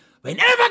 Whenever